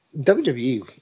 WWE